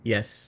Yes